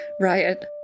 Riot